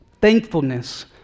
thankfulness